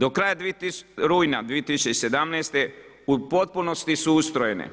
Do kraja rujna 2017. u potpunosti su ustrojene